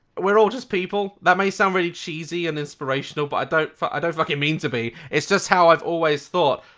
we're all just people. that may sound really cheesy and inspirational. but i don't i don't fuckin' mean to be it's just how i've always thought.